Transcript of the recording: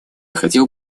хотел